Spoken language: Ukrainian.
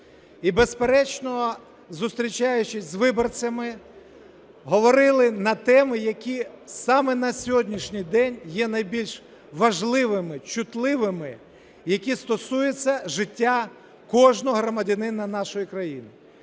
І, безперечно, зустрічаючись з виборцями, говорили на теми, які саме на сьогоднішній день є найбільш важливими, чутливими, які стосуються життя кожного громадянина нашої країни.